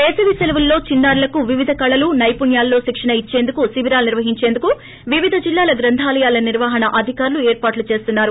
వేసవి శలవులలో చిన్నారులకు వివిధ కళలు సైపుణ్యాలలో శిక్షణ ఇచ్చేందుకు శిబిరాలు నిర్వహించేందుకు వివిధ జిల్లాల గ్రంథాలయాల నిర్వాహణ అధికారులు ఏర్పాట్లు చేస్తున్నారు